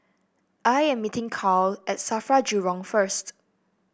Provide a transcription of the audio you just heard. I am meeting Karl at Safra Jurong first